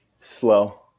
Slow